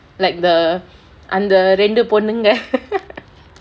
like the அந்த ரெண்டு பொண்ணுங்க:antha rendu ponnunga